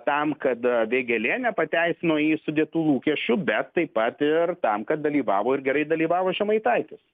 tam kad vėgėlė nepateisino į jį sudėtų lūkesčių bet taip pat ir tam kad dalyvavo ir gerai dalyvavo žemaitaitis